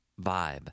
vibe